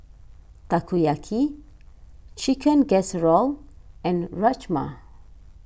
Takoyaki Chicken Casserole and Rajma